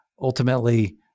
ultimately